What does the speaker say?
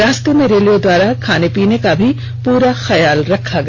रास्ते में रेलवे द्वारा खाने पीने का पूरा ख्याल रखा गया